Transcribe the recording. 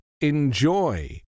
enjoy